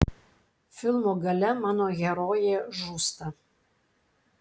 filmo gale mano herojė žūsta